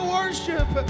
worship